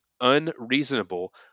unreasonable